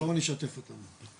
שרון, שתף אותנו.